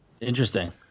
Interesting